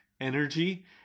energy